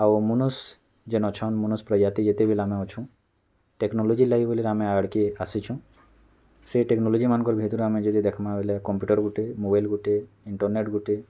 ଆଉ ମନୁଷ ଯେନ ଅଛନ ମନୁଷ ପ୍ରଜାତି ଯେତେ ବିଲ୍ ଆମେ ଅଛୁ ଟେକ୍ନୋଲୋଜି ଲାଗି ବୋଲିକିରି ଆମେ ଆଡ଼୍କେ ଆସିଛୁ ସେ ଟେକ୍ନୋଲୋଜିମାନ୍କର ଭିତରୁ ଆମେ ଯଦି ଦେଖ୍ମା ବୋଲେ କମ୍ପୁଟର୍ ଗୁଟେ ମୋବାଇଲ୍ ଗୁଟେ ଇଣ୍ଟରନେଟ୍ ଗୁଟେ